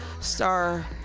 star